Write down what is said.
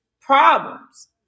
problems